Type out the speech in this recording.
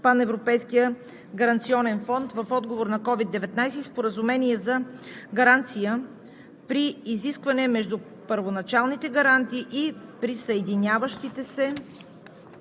Паневропейския гаранционен фонд, в отговор на COVID-19 и Споразумение за гаранция при изискване между първоначалните гаранти и присъединяващите се